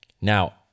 Now